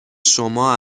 شما